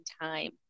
time